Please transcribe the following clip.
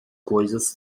coisas